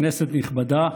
כנסת נכבדה,